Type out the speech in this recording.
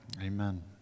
Amen